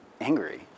angry